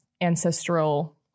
ancestral